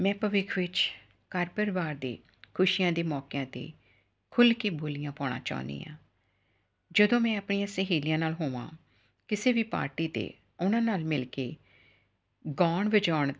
ਮੈਂ ਭਵਿੱਖ ਵਿੱਚ ਘਰ ਪਰਿਵਾਰ ਦੇ ਖੁਸ਼ੀਆਂ ਦੇ ਮੌਕਿਆਂ 'ਤੇ ਖੁੱਲ ਕੇ ਬੋਲੀਆਂ ਪਾਉਣਾ ਚਾਹੁੰਦੀ ਆ ਜਦੋਂ ਮੈਂ ਆਪਣੀਆਂ ਸਹੇਲੀਆਂ ਨਾਲ ਹੋਵਾਂ ਕਿਸੇ ਵੀ ਪਾਰਟੀ 'ਤੇ ਉਹਨਾਂ ਨਾਲ ਮਿਲ ਕੇ ਗਾਉਣ ਵਜਾਉਣ